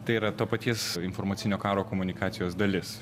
tai yra to paties informacinio karo komunikacijos dalis